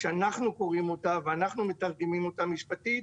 כשאנחנו קוראים אותה ואנחנו מתרגמים אותה משפטית,